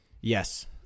yes